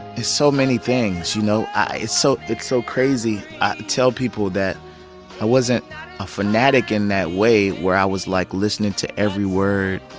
it's so many things, you know? so it's so crazy. i tell people that i wasn't a fanatic in that way where i was, like, listening to every word.